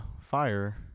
fire